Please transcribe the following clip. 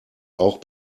auch